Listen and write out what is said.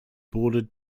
bordered